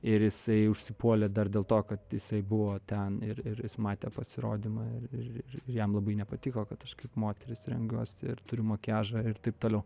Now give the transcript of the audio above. ir jisai užsipuolė dar dėl to kad jisai buvo ten ir ir matė pasirodymą ir ir ir jam labai nepatiko kad aš kaip moteris rengiuosi ir turiu makiažą ir taip toliau